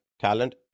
talent